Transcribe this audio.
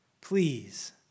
please